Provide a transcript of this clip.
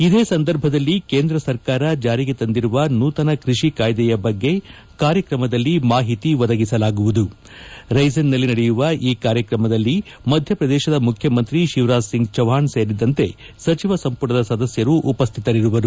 ಇದೇ ಸಂದರ್ಭದಲ್ಲಿ ಕೇಂದ್ರ ಸರ್ಕಾರ ಜಾರಿಗೆ ತಂದಿರುವ ನೂತನ ಕೃಷಿ ಕಾಯ್ದೆಯ ಬಗ್ಗೆ ಕಾರ್ಯಕ್ರಮದಲ್ಲಿ ಮಾಹಿತಿ ಒದಗಿಸಲಾಗುವುದು ರೈಸೆನ್ನಲ್ಲಿ ನಡೆಯುವ ಈ ಕಾರ್ಯಕ್ರಮದಲ್ಲಿ ಮಧ್ಯಪ್ರದೇಶ ಮುಖ್ಯಮಂತ್ರಿ ಶಿವರಾಜ್ ಸಿಂಗ್ ಚೌಹಾಣ್ ಸೇರಿದಂತೆ ಸಚಿವ ಸಂಪುಟದ ಸದಸ್ನರು ಉಪಸ್ನಿತರಿರಲಿದ್ದಾರೆ